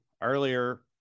earlier